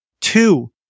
Two